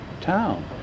town